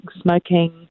smoking